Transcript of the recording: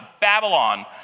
Babylon